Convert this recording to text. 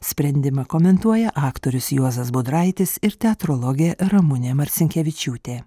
sprendimą komentuoja aktorius juozas budraitis ir teatrologė ramunė marcinkevičiūtė